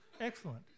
excellent